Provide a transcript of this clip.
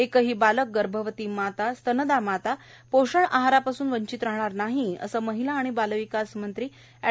एकही बालक गर्भवती माता स्तनदा माता पोषण आहारापासून वंचित राहणार नाही असे महिला व बालविकास मंत्री एड